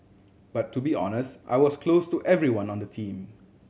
but to be honest I was close to everyone on the team